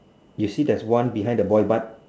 you see there is one behind the boy but